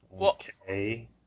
okay